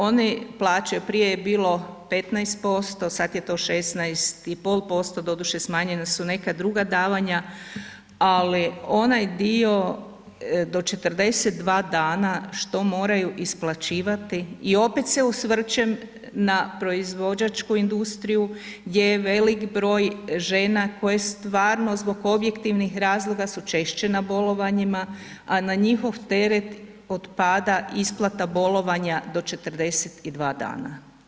Oni plaćaju, prije je bilo 15%, sad je to 16,5%, doduše smanjena su neka druga davanja, ali onaj dio do 42 dana što moraju isplaćivati i opet se osvrćem na proizvođačku industriju gdje je velik broj žena koje stvarno zbog objektivnih razloga su češće na bolovanjima, a na njihov teret otpada isplata bolovanja do 42 dana.